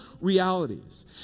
realities